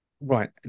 right